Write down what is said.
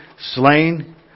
slain